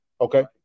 Okay